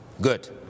Good